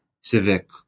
civic